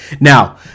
Now